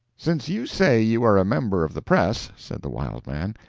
since you say you are a member of the press, said the wild man,